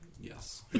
Yes